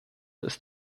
ist